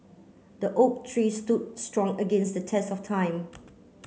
the oak tree stood strong against the test of time